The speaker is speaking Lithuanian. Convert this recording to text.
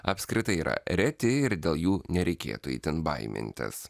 apskritai yra reti ir dėl jų nereikėtų itin baimintis